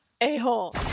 a-hole